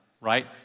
right